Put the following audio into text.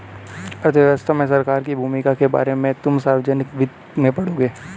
अर्थव्यवस्था में सरकार की भूमिका के बारे में तुम सार्वजनिक वित्त में पढ़ोगे